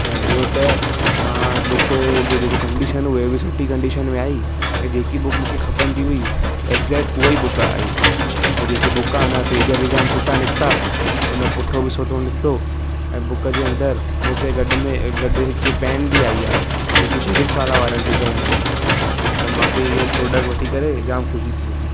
ऐं ॿियो त मां बुक जो देखो कंडीशन उहे बि सुठी कंडीशन में आई ऐं जेकी बुक मूंखे खपंदी हुई एक्ज़ैकट उहा ई बुक आई ऐं जेकी बुक आ्हे न पेज बि जाम सुठा निकिता हुन जो पुठो बि सुठो निकितो ऐं बुक जे अंदर मुखे गॾ में गॾु हिकु पैन बि आई आहे जेकी फीज़िक्स वालाह वारनि जी पैन आ त मांखे इहो प्रॉडक्ट वठी करे जाम ख़ुशी थिए थी